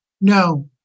No